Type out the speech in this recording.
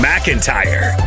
McIntyre